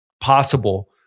possible